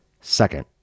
Second